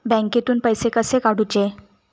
बँकेतून पैसे कसे काढूचे?